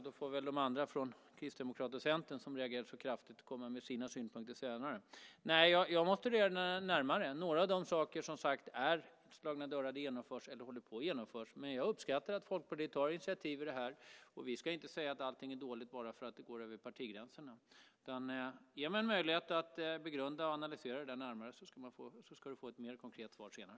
Då får väl de andra från Kristdemokraterna och Centern som reagerade så kraftigt komma med sina synpunkter senare. Jag måste studera det här närmare. Några av sakerna innebär att slå in öppna dörrar. De har genomförts eller håller på att genomföras. Men jag uppskattar att Folkpartiet tar initiativ i frågan. Vi ska inte säga att allt är dåligt bara för att det går över partigränserna. Ge mig möjlighet att begrunda och analysera detta närmare så ska du få ett mer konkret svar senare.